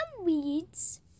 weeds